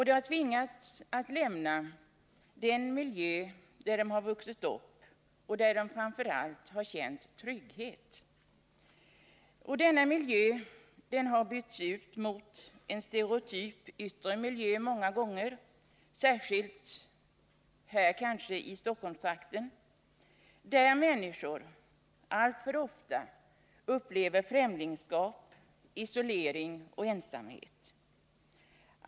De har tvingats lämna den miljö där de vuxit upp och där de framför allt känt trygghet. Denna miljö har bytts ut mot en stereotyp yttre miljö många gånger —s: skilt kanske här i Stockholmstrakten, där människor alltför ofta upplever främlingskap, isolering och ensamhet.